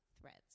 threads